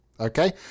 Okay